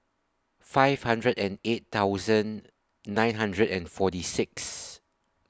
five hundred and eight thousand nine hundred and forty six